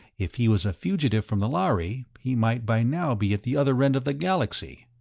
if he was a fugitive from the lhari, he might by now be at the other end of the galaxy.